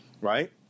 right